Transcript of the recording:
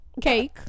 Cake